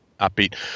upbeat